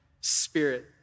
spirit